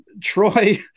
Troy